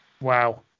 Wow